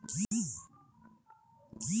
খারিফ শস্য রোপনের দূরত্ব কত সেন্টিমিটার হওয়া উচিৎ?